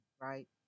Right